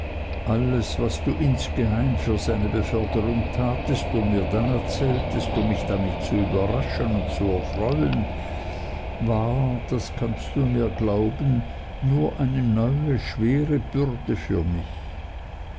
alles was du insgeheim für seine beförderung tatest und mir dann erzähltest um mich damit zu überraschen und zu erfreuen war das kannst du mir glauben nur eine neue schwere bürde für mich